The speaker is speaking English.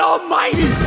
Almighty